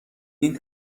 این